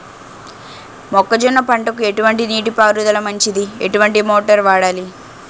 మొక్కజొన్న పంటకు ఎటువంటి నీటి పారుదల మంచిది? ఎటువంటి మోటార్ వాడాలి?